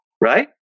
Right